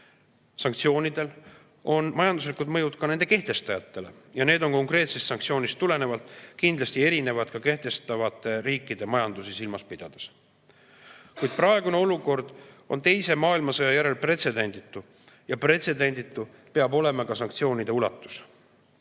Sanktsioonidel on majanduslikud mõjud ka nende kehtestajatele ja need on konkreetsest sanktsioonist tulenevalt kindlasti erinevad ka kehtestavate riikide majandusi silmas pidades. Kuid praegune olukord on teise maailmasõja järel pretsedenditu ja pretsedenditu peab olema ka sanktsioonide ulatus.